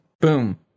Boom